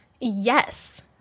Yes